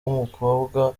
w’umukobwa